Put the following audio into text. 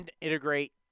integrate